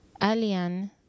Alian